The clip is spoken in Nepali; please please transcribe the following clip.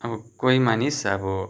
अब कोही मानिस अब